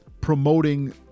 promoting